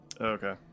Okay